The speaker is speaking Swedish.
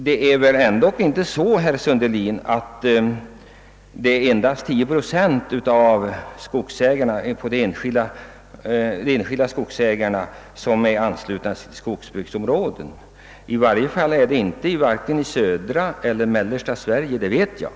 Det är väl ändå inte så, herr Sundelin, att bara 10 procent av de enskilda skogsägarna är anslutna till skogsbruksområden; åtminstone är det inte så i vare sig södra. eller mellersta Sverige, det vet jag.